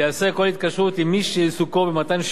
מי שעיסוקו במתן שירות באמצעות עובדיו.